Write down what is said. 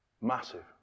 Massive